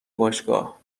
باشگاه